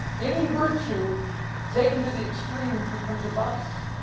any virtue taken to the extreme becomes a vice.